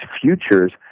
futures